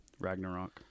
Ragnarok